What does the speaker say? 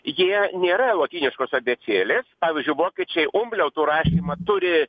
jie nėra lotyniškos abėcėlės pavyzdžiui vokiečiai umliautų rašymą turi